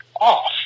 off